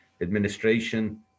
administration